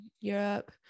Europe